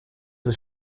ist